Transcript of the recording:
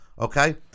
okay